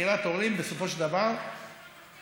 שבחירת הורים בסופו של דבר הפכה